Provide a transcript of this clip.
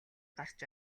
гарч